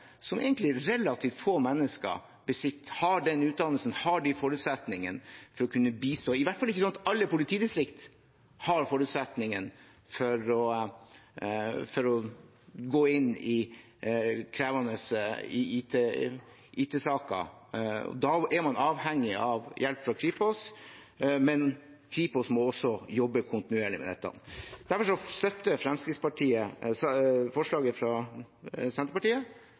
har utdannelse og forutsetninger for å kunne bistå i. Det er i hvert fall ikke sånn at alle politidistrikter har forutsetninger for å gå inn i krevende IT-saker. Da er man avhengig av hjelp fra Kripos, men Kripos må også jobbe kontinuerlig med dette. Derfor støtter Fremskrittspartiet forslaget fra Senterpartiet.